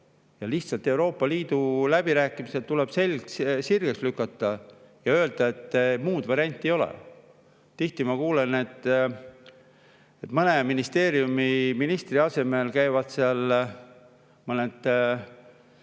biogaasile. Euroopa Liidu läbirääkimistel tuleb lihtsalt selg sirgeks lükata ja öelda, et muud varianti ei ole. Tihti ma kuulen, et mõne ministeeriumi ministri asemel käivad seal mõned